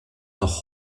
noch